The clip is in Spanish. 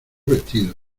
vestidos